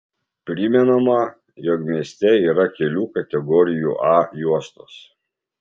primenama jog mieste yra kelių kategorijų a juostos